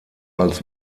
als